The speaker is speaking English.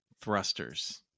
thrusters